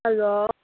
hello